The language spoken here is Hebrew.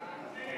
רק שנייה, שנייה.